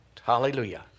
Hallelujah